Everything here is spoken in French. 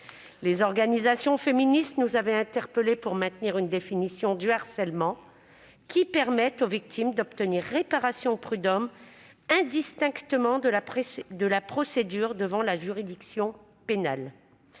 Les organisations féministes nous avaient interpellés pour maintenir une définition du harcèlement qui permette aux victimes d'obtenir réparation aux prud'hommes, indépendamment de la procédure devant la juridiction pénale.